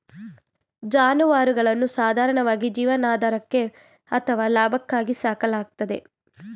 ಜಾನುವಾರುಗಳನ್ನು ಸಾಧಾರಣವಾಗಿ ಜೀವನಾಧಾರಕ್ಕೆ ಅಥವಾ ಲಾಭಕ್ಕಾಗಿ ಸಾಕಲಾಗ್ತದೆ